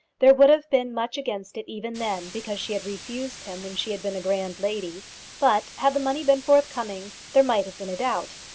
there would have been much against it even then, because she had refused him when she had been a grand lady but, had the money been forthcoming, there might have been a doubt.